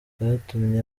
byatumye